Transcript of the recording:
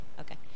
okay